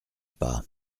pas